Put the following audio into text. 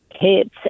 kids